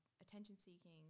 attention-seeking